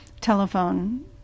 telephone